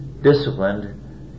disciplined